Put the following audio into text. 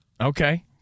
Okay